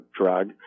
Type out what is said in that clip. drug